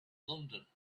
london